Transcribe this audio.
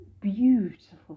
beautiful